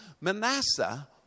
Manasseh